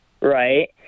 Right